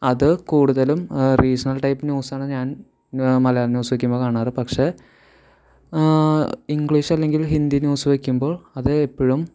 അത് കൂടുതലും regional type news ആണ് ഞാൻ മലയാളം ന്യൂസ് വയ്ക്കുമ്പമ കാണാറ് പക്ഷേ ഇംഗ്ലീഷ് അല്ലെങ്കിൽ ഹിന്ദി ന്യൂസ് വയ്ക്കുമ്പോൾ അത് എപ്പോഴും